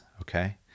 okay